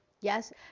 Yes